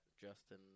Justin